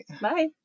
Bye